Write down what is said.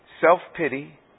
self-pity